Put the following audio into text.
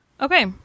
Okay